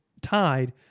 tied